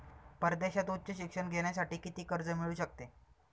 परदेशात उच्च शिक्षण घेण्यासाठी किती कर्ज मिळू शकते?